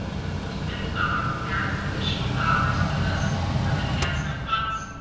if we can add some additional dollars to this, with enhancement funds,